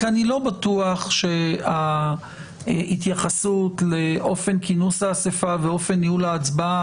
או מסר את כתב הצבעתו עד האסיפה הראשונה,